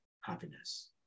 happiness